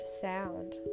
sound